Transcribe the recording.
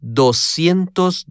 doscientos